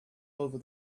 over